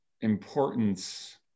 importance